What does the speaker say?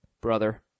brother